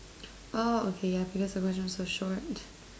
orh okay ya because the question was so short